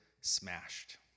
smashed